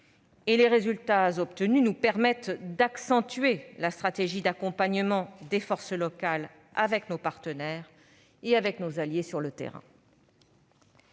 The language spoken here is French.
; les résultats obtenus nous permettent d'accentuer la stratégie d'accompagnement des forces locales avec nos partenaires et avec nos alliés sur le terrain.